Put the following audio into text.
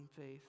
faith